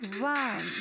one